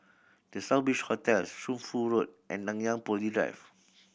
The Southbridge Hotel Shunfu Road and Nanyang Poly Drive